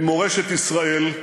ממורשת ישראל,